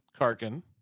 Karkin